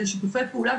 אלה שיתופי פעולה,